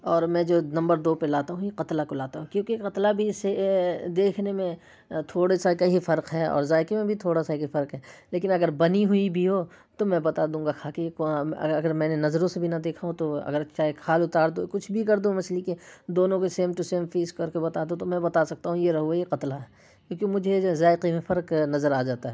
اور میں جو نمبر دو پہ لاتا ہوں یہ قتلہ کو لاتا ہوں کیونکہ قتلہ بھی اسے دیکھنے میں تھوڑا سا کہیں فرق ہے اور ذائقے میں بھی تھوڑا سا ہی فرق ہے لیکن اگر بنی ہوئی بھی ہو تو میں بتا دوں گا کھا کے یہ کون اگر میں نے نظروں سے بھی نہ دیکھا ہو تو اگر چاہے کھال اتار دو کچھ بھی کر دو مچھلی کی دونوں کو سیم ٹو سیم فیس کر کے بتا دو تو میں بتا سکتا ہوں یہ روہو ہے یہ قتلہ ہے کیوں کہ مجھے ذائقے میں فرق نظر آ جاتا ہے